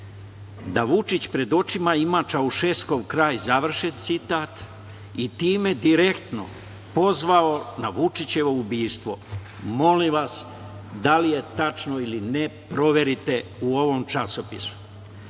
da Vučić pred očima ima Čaušeskov kraj, završen citat, i time direktno pozvao na Vučićevo ubistvo. Molim vas, da li je tačno ili ne proverite u ovom časopisu. Taj